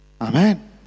Amen